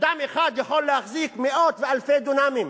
אדם אחד יכול להחזיק מאות ואלפי דונמים,